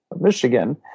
Michigan